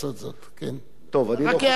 טוב, אני לא חושב שזה פגיעה.